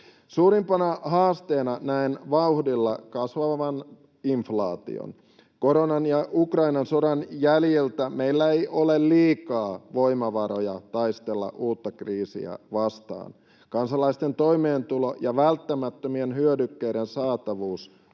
Suurimpana haasteena näen vauhdilla kasvavan inflaation. Koronan ja Ukrainan sodan jäljiltä meillä ei ole liikaa voimavaroja taistella uutta kriisiä vastaan. Kansalaisten toimeentulo ja välttämättömien hyödykkeiden saatavuus